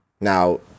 now